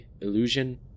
illusion